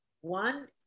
one